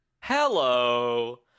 Hello